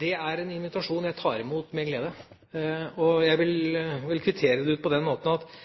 Det er en invitasjon jeg tar imot med glede. Jeg vil kvittere den ut på den måten at